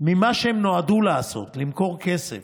ממה שהם נועדו לעשות, למכור כסף,